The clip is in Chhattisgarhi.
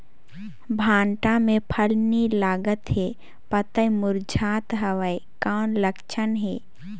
भांटा मे फल नी लागत हे पतई मुरझात हवय कौन लक्षण हे?